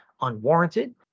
unwarranted